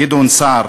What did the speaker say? גדעון סער,